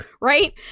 right